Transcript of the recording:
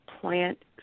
plant